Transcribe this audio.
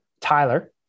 Tyler